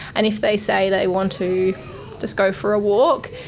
and if they say they want to just go for a walk,